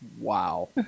Wow